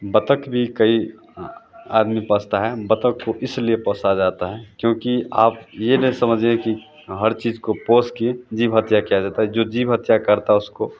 बत्तख़ भी कई आदमी पोसता है बत्तख़ को इसलिए पोसा जाता है क्योंकि आप यह ना समझें कि हर चीज़ को पोसकर जीव हत्या किया जाता है जो जीव हत्या करते उसको